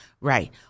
right